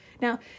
Now